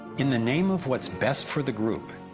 in the name of what's best for the group,